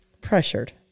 pressured